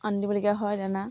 আনি দিবলগীয়া হয় দানা